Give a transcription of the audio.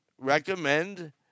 recommend